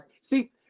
See